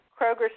Kroger